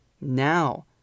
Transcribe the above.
Now